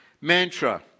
Mantra